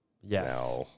Yes